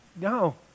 No